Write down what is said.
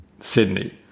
Sydney